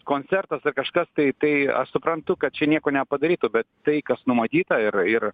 koncertas ar kažkas tai tai aš suprantu kad čia nieko nepadarytų bet tai kas numatyta ir ir